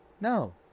No